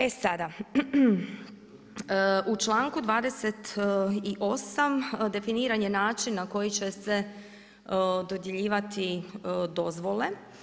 E sada, u članku 28 definiran je način na koji će se dodjeljivati dozvole.